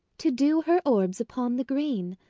to dew her orbs upon the green.